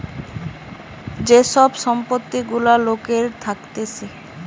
যে সব সম্পত্তি গুলা লোকের থাকতিছে